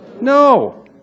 No